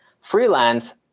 freelance